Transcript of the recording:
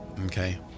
Okay